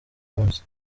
munsi